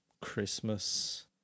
Christmas